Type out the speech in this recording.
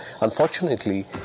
Unfortunately